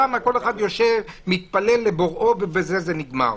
שם כל אחד יושב, מתפלל לבוראו, ובזה זה נגמר.